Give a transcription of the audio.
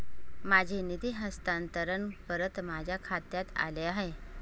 माझे निधी हस्तांतरण परत माझ्या खात्यात आले आहे